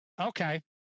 Okay